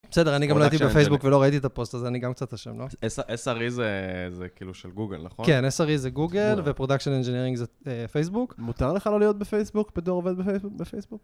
בסדר, אני גם לא הייתי בפייסבוק ולא ראיתי את הפוסט הזה, אני גם קצת אשם, לא? SRE זה כאילו של גוגל, נכון? כן, SRE זה גוגל ופרודקשן אנג'ינירינג זה פייסבוק. מותר לך לא להיות בפייסבוק, בתור עובד בפייסבוק?